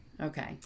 Okay